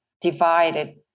divided